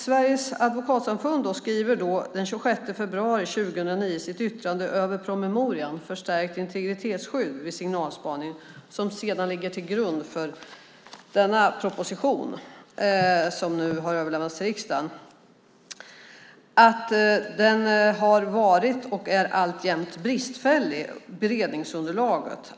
Sveriges advokatsamfund skriver den 26 februari 2009 i sitt yttrande över promemorian Förstärkt integritetsskydd vid signalspaning , som ligger till grund för den proposition som nu har överlämnats till riksdagen, att beredningsunderlaget har varit och är alltjämt bristfälligt.